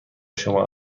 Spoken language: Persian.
شما